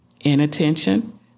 inattention